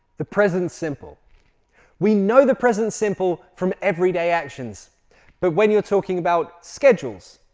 the present simple we know the present simple from everyday actions but when you're talking about schedules,